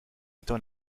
étant